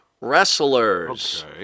wrestlers